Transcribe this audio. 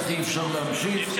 האם זה משנה?